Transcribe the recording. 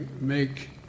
make